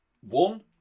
One